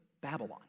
Babylon